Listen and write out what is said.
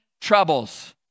troubles